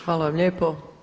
Hvala vam lijepo.